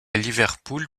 liverpool